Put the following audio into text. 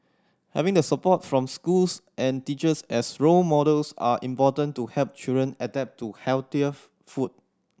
having the support from schools and teachers as role models are important to help children adapt to healthier food